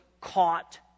caught